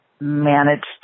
managed